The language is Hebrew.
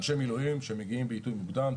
אנשי מילואים מגיעים בעיתוי מוקדם,